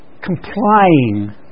complying